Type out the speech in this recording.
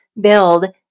build